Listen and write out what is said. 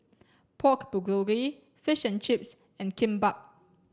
Pork Bulgogi Fish and Chips and Kimbap